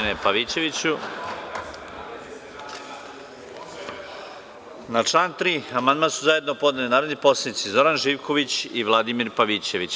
Na član 3. amandman su zajedno podneli narodni poslanici Zoran Živković i Vladimir Pavićević.